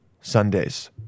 Sundays